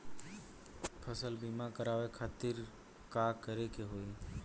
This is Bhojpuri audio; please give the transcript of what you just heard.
फसल बीमा करवाए खातिर का करे के होई?